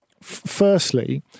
Firstly